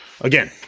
Again